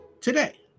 Today